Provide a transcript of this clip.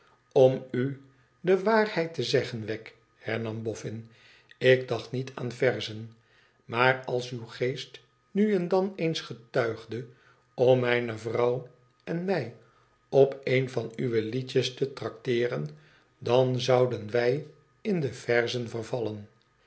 lom u de waarheid te zeggen wegg hernam boffin ik dacht niet aan verzen maar als uw geest nu en dim eens getuigde om mijne vrouw en mq op een van uwe liedjes te trakteeren dan zouden wij in de verzen vervajien